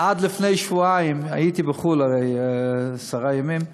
עד לפני שבועיים, הייתי בחו"ל עשרה ימים,